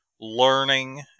learning